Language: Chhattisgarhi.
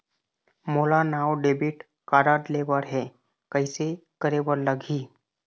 मोला नावा डेबिट कारड लेबर हे, कइसे करे बर लगही?